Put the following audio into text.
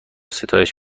ستایش